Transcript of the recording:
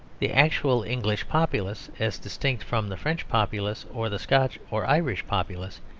the actual english populace, as distinct from the french populace or the scotch or irish populace,